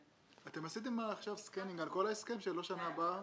עשיתם סקרינינג על כל ההסכם שלא בשנה הבאה